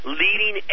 leading